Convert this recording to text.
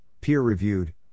peer-reviewed